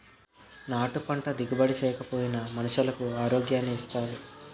నాటు పంట దిగుబడి నేకపోయినా మనుసులకు ఆరోగ్యాన్ని ఇత్తాది